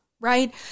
right